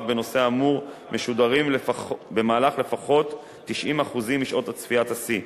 בנושא האמור משודרים במהלך לפחות 90% משעות צפיית השיא.